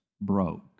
broke